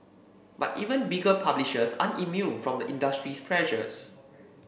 but even bigger publishers aren't immune from the industry's pressures